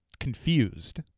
confused